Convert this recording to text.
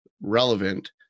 relevant